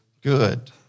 good